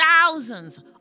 thousands